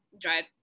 drive